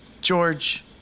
George